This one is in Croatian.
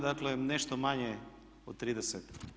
Dakle, nešto manje od 30%